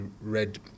read